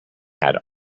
had